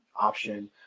option